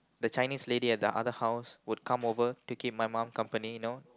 the Chinese lady at the other house would come over to keep my mum company you know